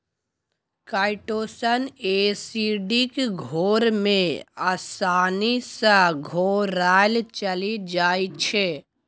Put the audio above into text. chitosan acidic घोर मे आसानी सँ घोराएल चलि जाइ छै